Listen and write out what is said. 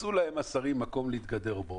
מצאו להם השרים מקום להתגדר בו,